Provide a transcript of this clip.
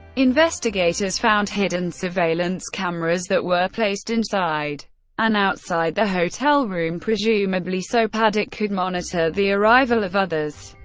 investigators found hidden surveillance cameras that were placed inside and outside the hotel room, presumably so paddock could monitor the arrival of others.